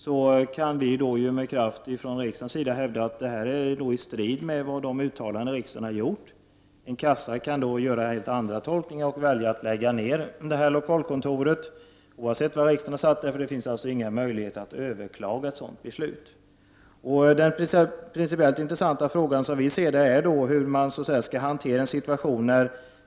Då kan vi från riksdagens sida med kraft hävda att detta är i strid med uttalanden som riksdagen har gjort. Kassan kan göra en annan tolkning och välja att lägga ner lokalkontoret, oavsett vad riksdagen har sagt. Det finns ingen möjlighet att överklaga ett sådant beslut. Den principiellt intressanta frågan, som vi ser det, är hur man skall hantera situationen.